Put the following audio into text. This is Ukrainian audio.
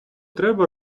треба